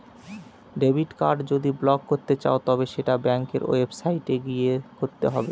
debit card যদি block করতে চাও তবে সেটা ব্যাঙ্কের ওয়েবসাইটে গিয়ে করতে হবে